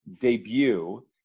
debut